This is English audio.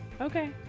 okay